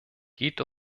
geht